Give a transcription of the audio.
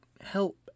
help